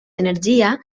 energia